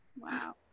wow